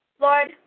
Lord